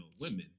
women